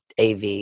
AV